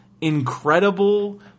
incredible